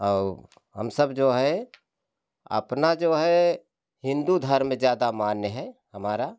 और हम सब जो है अपना जो है हिंदू धर्म ज्यादा मान्य है हमारा